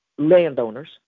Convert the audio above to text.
landowners